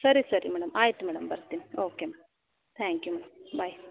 ಸರಿ ಸರಿ ಮೇಡಂ ಆಯ್ತು ಮೇಡಂ ಬರ್ತೀನಿ okay madam thank you madam bye